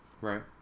right